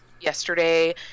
yesterday